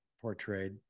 portrayed